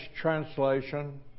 translation